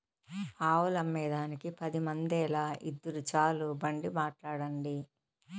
ఆవులమ్మేదానికి పది మందేల, ఇద్దురు చాలు బండి మాట్లాడండి